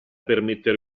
permettere